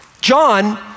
John